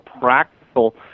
practical